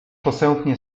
posępnie